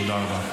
תודה רבה.